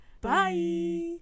Bye